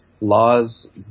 laws